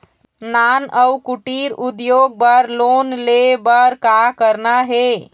नान अउ कुटीर उद्योग बर लोन ले बर का करना हे?